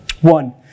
One